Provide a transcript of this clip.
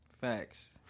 Facts